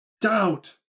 doubt